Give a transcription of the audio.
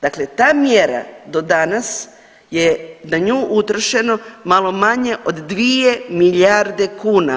Dakle, ta mjera do danas je na nju utrošeno malo manje od dvije milijarde kuna.